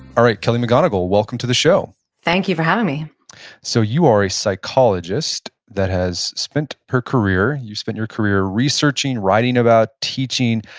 ah kelly mcgonigal, welcome to the show thank you for having me so you are a psychologist that has spent her career, you spent your career researching, writing about, teaching,